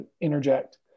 interject